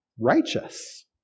righteous